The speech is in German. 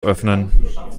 öffnen